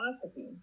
philosophy